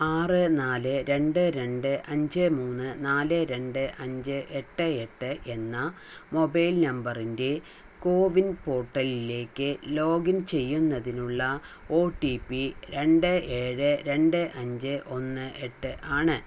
ആറ് നാല് രണ്ട് രണ്ട് അഞ്ച് മൂന്ന് നാല് രണ്ട് അഞ്ച് എട്ട് എട്ട് എന്ന മൊബൈൽ നമ്പറിൻ്റെ കോവിൻ പോർട്ടലിലേക്ക് ലോഗിൻ ചെയ്യുന്നതിനുള്ള ഓ റ്റി പി രണ്ട് ഏഴ് രണ്ട് അഞ്ച് ഒന്ന് എട്ട് ആണ്